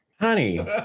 honey